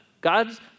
God's